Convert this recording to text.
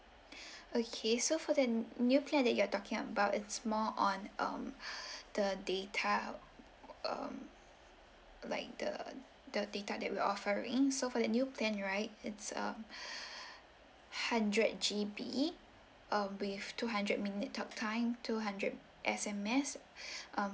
okay so for the new plan that you are talking about it's more on um the data um like the the data that we are offering so for the new plan right it's um hundred G_B um with two hundred minute talk time two hundred S_M_S um